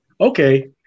Okay